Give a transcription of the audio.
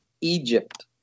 Egypt